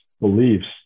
beliefs